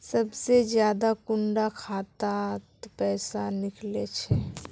सबसे ज्यादा कुंडा खाता त पैसा निकले छे?